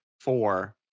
four